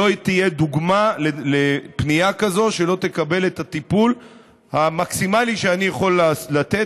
לא תהיה דוגמה לפנייה כזאת שלא תקבל את הטיפול המקסימלי שאני יכול לתת.